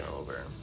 over